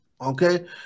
okay